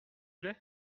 plait